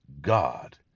God